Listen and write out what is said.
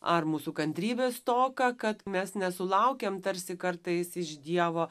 ar mūsų kantrybės stoką kad mes nesulaukiam tarsi kartais iš dievo